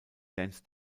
dance